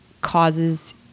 causes